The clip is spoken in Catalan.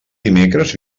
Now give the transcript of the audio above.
dimecres